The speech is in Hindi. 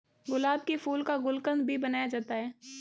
गुलाब के फूल का गुलकंद भी बनाया जाता है